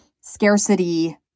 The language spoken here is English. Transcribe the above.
scarcity